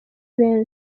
benshi